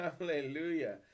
Hallelujah